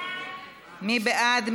מי בעד?